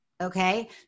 okay